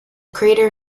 crater